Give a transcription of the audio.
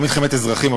לא מלחמת אזרחים,